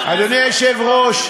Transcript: אדוני היושב-ראש,